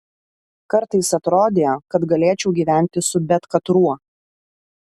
kartais atrodė kad galėčiau gyventi su bet katruo